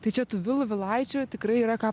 tai čia tų vilų vilaičių tikrai yra ką